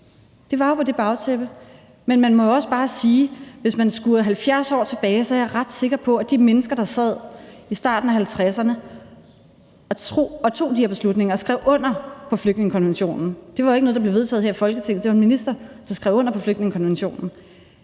at man indførte den. Men man må også bare sige, at hvis man skuer 70 år tilbage, er jeg ret sikker på, og jeg vil æde min gamle hat på det, at de mennesker, der sad i starten af 1950'erne og tog de beslutninger og skrev under på flygtningekonventionen – det var ikke noget, der blev vedtaget her i Folketinget; det var en minister, der skrev under på flygtningekonventionen